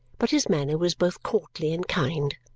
but his manner was both courtly and kind.